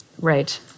Right